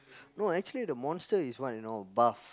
no actually the monster is what you know buff